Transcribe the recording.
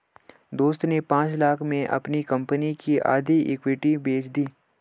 दोस्त ने पांच लाख़ में अपनी कंपनी की आधी इक्विटी बेंच दी